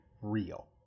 real